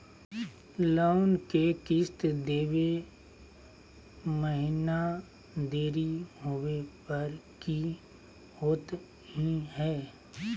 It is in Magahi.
लोन के किस्त देवे महिना देरी होवे पर की होतही हे?